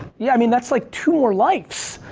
yeah, i mean that's like two more lifes.